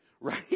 right